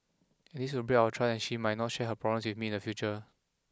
and this would break our trust and she might not share her problems with me in the future